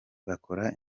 bakora